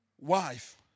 wife